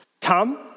Tom